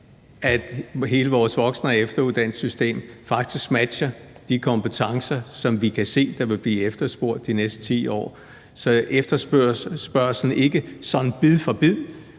at hele vores voksen- og efteruddannelsessystem faktisk matcher de kompetencer, som vi kan se der vil blive efterspurgt de næste 10 år, sådan at efterspørgslen ikke sådan bid for bid